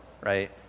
right